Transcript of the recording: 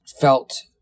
felt